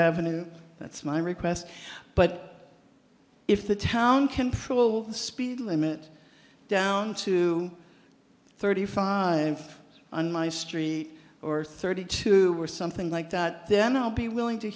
avenue that's my request but if the town control the speed limit down to thirty five on my street or thirty two were something like that then i would be willing to